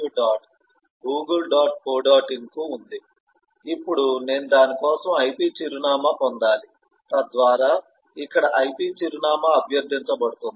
in కు ఉంది ఇప్పుడు నేను దాని కోసం IP చిరునామాను పొందాలి తద్వారా ఇక్కడ IP చిరునామా అభ్యర్థించబడుతుంది